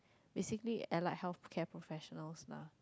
basically allied healthcare professionals lah